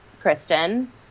Kristen